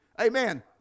amen